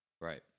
Right